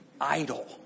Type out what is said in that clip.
idle